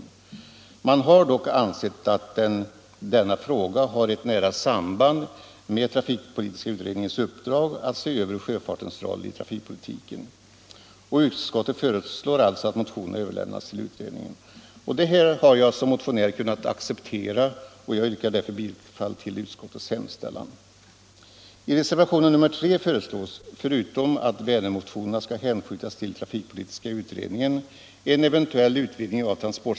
Utskottet har dock ansett att denna fråga har ett nära samband med trafikpolitiska utredningens uppdrag att se över sjöfartens roll i trafikpolitiken. Utskottet föreslår alltså att motionerna överlämnas till utredningen. Detta har jag som motionär kunnat acceptera, och jag yrkar därför bifall till utskottets hemställan.